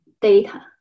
data